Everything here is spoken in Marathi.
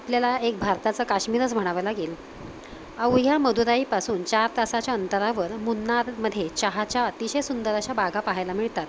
आपल्याला एक भारताचा काश्मीरच म्हणावा लागेल अवघ्या मदुराईपासून चार तासांच्या अंतरावर मुन्नारमध्ये चहाच्या अतिशय सुंदर अशा बागा पाहायला मिळतात